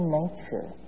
nature